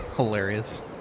hilarious